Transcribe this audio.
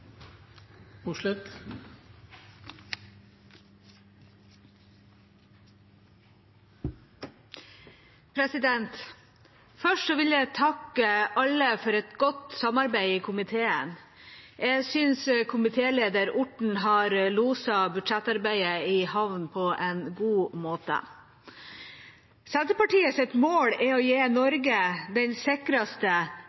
omme. Først vil jeg takke alle for et godt samarbeid i komiteen. Jeg synes komitéleder Orten har loset budsjettarbeidet i havn på en god måte. Senterpartiets mål er å gi